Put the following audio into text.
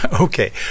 Okay